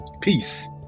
Peace